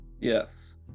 Yes